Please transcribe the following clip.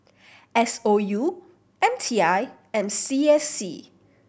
S O U M T I and C S C